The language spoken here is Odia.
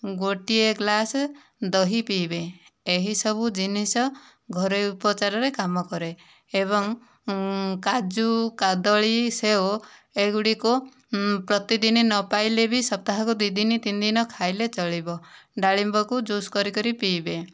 ଗୋଟିଏ ଗ୍ଲାସ ଦହି ପିଇବେ ଏହିସବୁ ଜିନିଷ ଘରୋଇ ଉପଚାରରେ କାମ କରେ ଏବଂ କାଜୁ କଦଳୀ ସେଓ ଏଗୁଡ଼ିକ ପ୍ରତିଦିନି ନ ପାଇଲେ ବି ସପ୍ତାହକୁ ଦୁଇ ଦିନ ତିନି ଦିନ ଖାଇଲେ ଚଳିବ ଡାଳିମ୍ବକୁ ଜୁସ କରିକରି ପିଇବେ